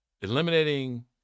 eliminating